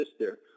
sister